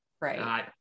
Right